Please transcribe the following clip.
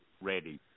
ready